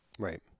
Right